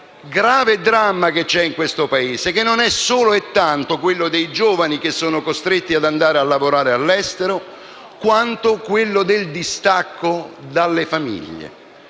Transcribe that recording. grave dramma che c'è in questo Paese. Non è solo e tanto quello dei giovani che sono costretti ad andare a lavorare all'estero, quanto quello del distacco dalle famiglie,